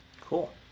Cool